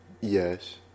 Yes